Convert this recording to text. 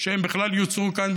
שבכלל יוצרו כאן,